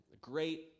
Great